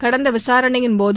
கடந்த விசாரணையின்போது